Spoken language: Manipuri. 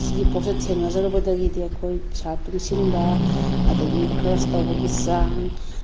ꯁꯤꯒꯤ ꯄꯣꯠꯁꯦ ꯊꯦꯡꯅꯖꯔꯨꯕꯗꯒꯤꯗꯤ ꯑꯩꯈꯣꯏ ꯄꯩꯁꯥ ꯇꯨꯡꯁꯤꯟꯕ ꯑꯗꯒꯤ ꯈ꯭ꯔꯁ ꯇꯧꯕꯒꯤ ꯆꯥꯡ